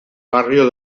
barrio